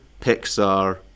Pixar